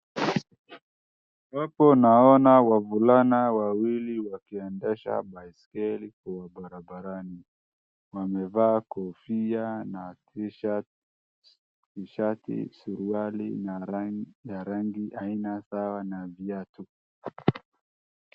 Hapo naona wavulana wawili wakiendesha wakiendesha baiskeli kwa barabarani. Wamevaa kofia, barakoa na t shirt , suruali ya rangi aina sawa na viatu.